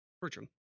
Bertram